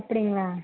அப்படிங்களா